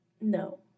No